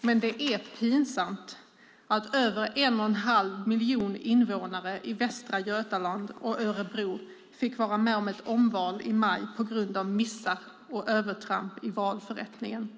Men det är pinsamt att över en och en halv miljon invånare i Västra Götaland och Örebro fick vara med om ett omval i maj på grund av missar och övertramp i valförrättningen.